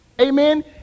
Amen